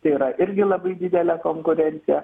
tai yra irgi labai didelė konkurencija